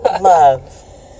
love